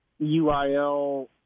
uil